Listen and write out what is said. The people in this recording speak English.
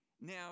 Now